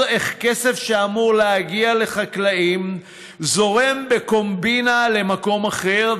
איך כסף שאמור להגיע לחקלאים זורם בקומבינה למקום אחר,